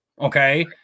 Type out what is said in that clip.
okay